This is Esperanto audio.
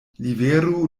liveru